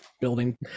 building